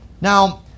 Now